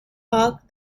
ark